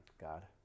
God